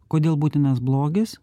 kodėl būtinas blogis